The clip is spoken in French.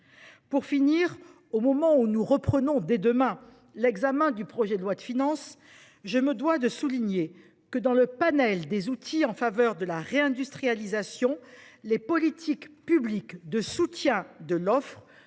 Pour conclure, au moment où nous reprenons – dès demain – l’examen du projet de loi de finances, je me dois de souligner que, dans le panel des outils mobilisables en faveur de la réindustrialisation, les politiques publiques de soutien de l’offre